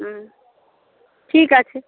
হুম ঠিক আছে